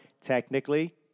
technically